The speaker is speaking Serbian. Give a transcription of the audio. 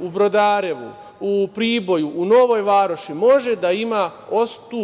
u Brodarevu, u Priboju, u Novoj Varoši, može da ima